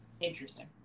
interesting